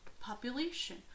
Population